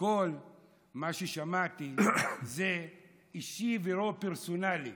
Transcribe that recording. וכל מה ששמעתי זה "אישי ולא פרסונלי".